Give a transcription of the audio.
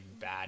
bad